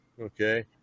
Okay